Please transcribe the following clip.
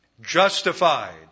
Justified